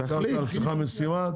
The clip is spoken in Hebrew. תתחיל כבר במשימה שלקחת על עצמך.